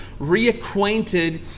reacquainted